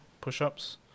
push-ups